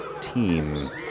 team